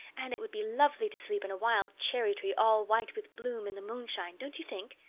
and it would be lovely to sleep in a wild cherry-tree all white with bloom in the moonshine, don't you think?